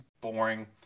boring